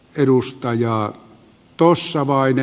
edustaja tuossa voimme